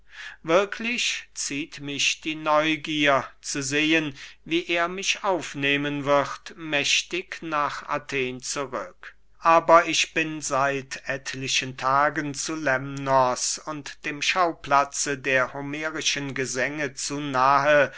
wirklich zieht mich die neugier zu sehen wie er mich aufnehmen wird mächtig nach athen zurück aber ich bin seit etlichen tagen zu lemnos und dem schauplatze der homerischen gesänge zu nahe